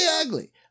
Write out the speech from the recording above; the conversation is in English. ugly